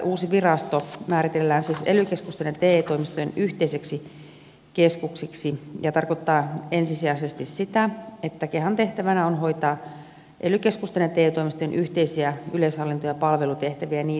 uusi virasto määritellään siis ely keskusten ja te toimistojen yhteiseksi keskukseksi ja se tarkoittaa ensisijaisesti sitä että kehan tehtävänä on hoitaa ely keskusten ja te toimistojen yhteisiä yleis hallinto ja palvelutehtäviä ja näihin liittyvää ohjausta